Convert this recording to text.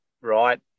right